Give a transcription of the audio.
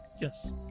Yes